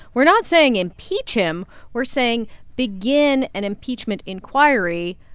we're not saying impeach him we're saying begin an impeachment inquiry,